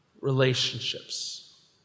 relationships